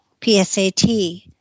PSAT